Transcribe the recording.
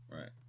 right